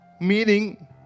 Meaning